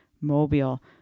Mobile